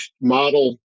model